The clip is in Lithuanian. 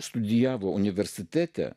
studijavo universitete